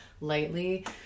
lightly